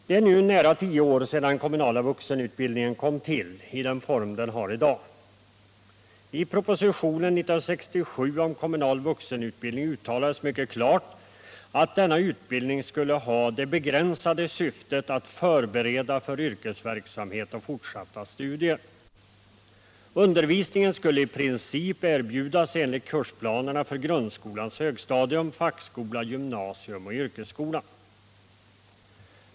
Det är nu nära tio år sedan den kommunala vuxenutbildningen kom till, i den form den har i dag. I propositionen år 1967 om kommunal vuxenutbildning uttalades mycket klart att denna utbildning skulle ha det begränsade syftet att förbereda för yrkesverksamhet och fortsatta studier. Undervisningen skulle i princip erbjudas enligt kursplanerna för grundskolans högstadium, fackskola, gymnasium och yrkesskola.